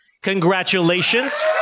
Congratulations